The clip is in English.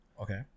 Okay